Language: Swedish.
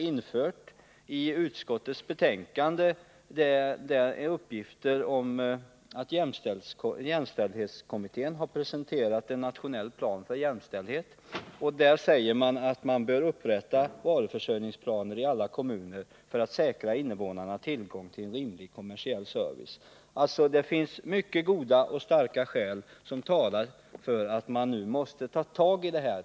I utskottets betänkande finns en uppgift om att jämställdhetskommittén har presenterat en nationell plan för jämställdhet i vilken det sägs att man bör upprätta varuförsörjningsplaner i alla kommuner för att säkra kommuninvånarna tillgång till rimlig kommersiell service. Det finns alltså många starka skäl som talar för att man nu tar tag i det här.